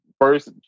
first